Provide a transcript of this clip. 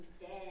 dead